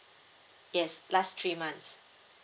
yes last three months